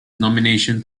nomination